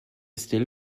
still